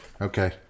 Okay